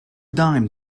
dime